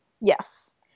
Yes